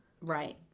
Right